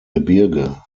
gebirge